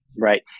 right